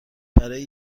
برای